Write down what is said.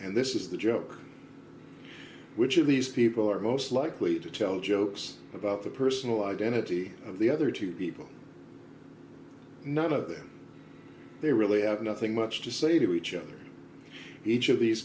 and this is the joke which of these people are most likely to tell jokes about the personal identity of the other two people none of them they really have nothing much to say to each other each of these